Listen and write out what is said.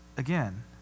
Again